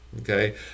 okay